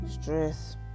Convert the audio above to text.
stress